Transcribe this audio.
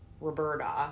roberta